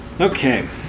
Okay